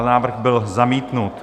Návrh byl zamítnut.